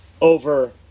over